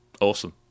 Awesome